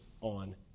on